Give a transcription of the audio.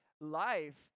life